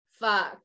fuck